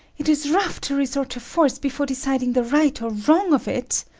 it is rough to resort to force before deciding the right or wrong of it!